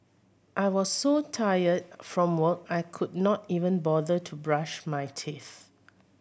I was so tired from work I could not even bother to brush my teeth